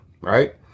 right